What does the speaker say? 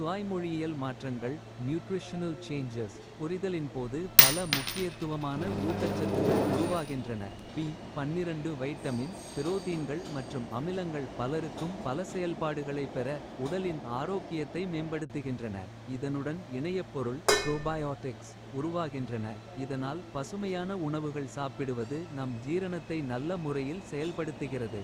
துாய்மொழியியல் மாற்றங்கள். புரிதலின் போது பல முக்கியத்துவமான. ஊட்டச்சத்துகள் உருவாகின்றன. பி வைட்டமின் பிரோதீன்கள் மற்றும் அமிலங்கள். பலருக்கும் பலசெயல்பாடுகளை பெற. உடலின் ஆரோக்கியத்தை மேம்படுத்துகின்றன. இதனுடன் இணையப்பொருள் உருவாகின்றன. இதனால் பசுமையான உணவுகள் சாப்பிடுவது. நம் ஜீரணத்தை நல்ல முறையில் செயல்படுத்துகிறது.